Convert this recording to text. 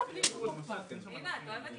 קיבלנו תשובות כי אין לכן, כי אתן לא מוכנות.